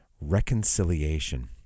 reconciliation